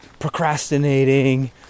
procrastinating